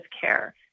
care